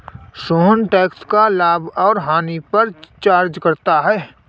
Sohan tax का लाभ और हानि पर चर्चा करता है